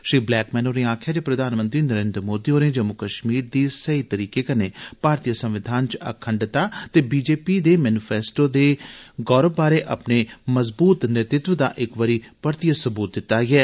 Shri Blackman होरें आक्खेआ जे प्रधानमंत्री नरेन्द्र मोदी होरें जम्मू कश्मीर दी सेई तरीके कन्नै भारतीय संविधान च अखंडता दे भाजपा दे मैनीफ्रेस्टो दे गौरव बारे अपने मजबूत नेतृत्व दा इक बारी फही सबूत दित्ता ऐ